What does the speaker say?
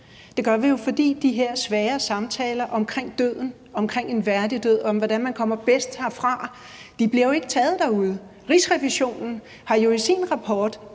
Det gør vi jo, fordi de her svære samtaler om døden, omkring en værdig død, om, hvordan man kommer bedst herfra, jo ikke bliver taget derude. Rigsrevisionen har jo i sin rapport